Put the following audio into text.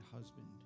husband